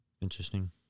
Interesting